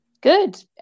Good